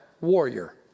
Warrior